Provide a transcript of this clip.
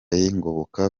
y’ingoboka